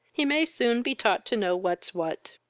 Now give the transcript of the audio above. he may soon be taught to know what's what.